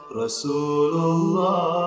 Rasulullah